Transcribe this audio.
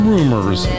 Rumors